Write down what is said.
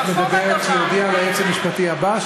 את מדברת על היועץ המשפטי הבא,